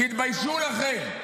תתביישו לכם.